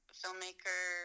filmmaker